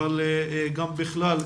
אבל גם בכלל,